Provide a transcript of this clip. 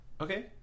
Okay